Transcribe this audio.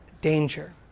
danger